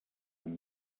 him